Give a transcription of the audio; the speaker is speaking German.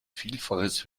vielfaches